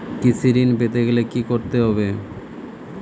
কৃষি ঋণ পেতে গেলে কি করতে হবে?